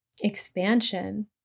expansion